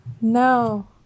No